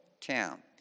town